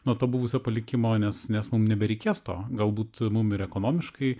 nuo to buvusio palikimo nes nes mum nebereikės to galbūt mum ir ekonomiškai